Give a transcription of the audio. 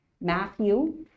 Matthew